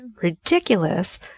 ridiculous